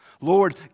Lord